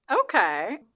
Okay